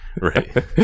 right